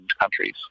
countries